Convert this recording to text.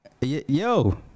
yo